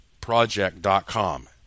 project.com